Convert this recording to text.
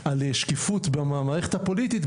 לדבר על שקיפות במערכת הפוליטית,